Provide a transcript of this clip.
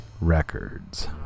Records